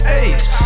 ace